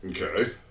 Okay